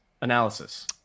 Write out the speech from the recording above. analysis